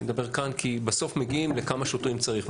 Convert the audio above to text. אני מדבר כאן כי בסוף מגיעים לכמה שוטרים צריך,